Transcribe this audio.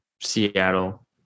Seattle